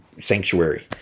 sanctuary